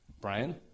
Brian